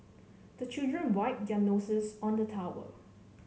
the children wipe their noses on the towel